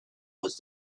was